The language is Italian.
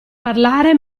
parlare